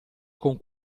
con